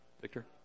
Victor